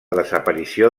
desaparició